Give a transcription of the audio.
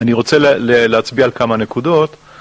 אני רוצה להצביע על כמה נקודות.